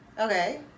Okay